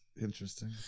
interesting